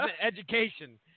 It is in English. education